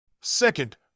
Second